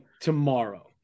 tomorrow